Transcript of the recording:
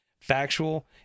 factual